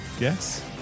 Yes